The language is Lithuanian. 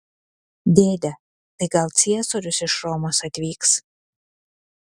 dėde tai gal ciesorius iš romos atvyks